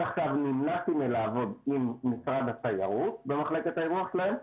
עד עכשיו נמנעתי מלעבוד עם משרד התיירות במחלקת האירוע שלהם,